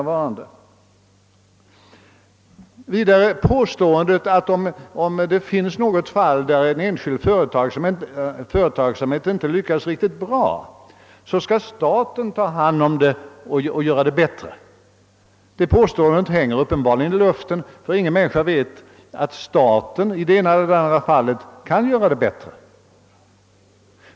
Den andra slutsats som kan dras av det nu inträffade gäller den på regeringshåll ofta framförda satsen att om i något fall enskild företagsamhet inte lyckas riktigt bra, så bör staten ta hand om verksamheten och sköta den bättre. Detta påstående hänger uppenbarligen i luften; ingen människa vet om staten i det ena eller andra fallet kan förbättra verksamheten.